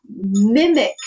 mimic